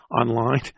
online